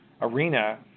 arena